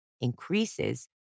increases